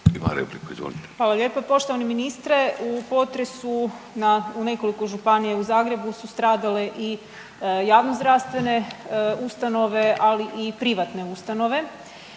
Hvala lijepo. Poštovani ministre u potresu na, u nekoliko županija i u Zagrebu su stradale i javno zdravstvene ustanove, ali i privatne ustanove.